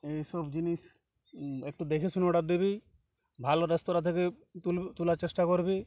এইসব জিনিস একটু দেখে শুনে অর্ডার দিবি ভালো রেস্তোরাঁ থেকে তুল তোলার চেষ্টা করবি